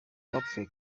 bapfuye